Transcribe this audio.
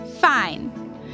fine